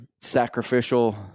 sacrificial